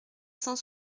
cent